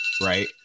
right